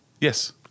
Yes